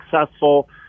successful